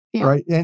right